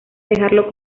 dejarlo